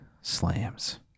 Slams